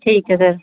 ਠੀਕ ਹੈ ਸਰ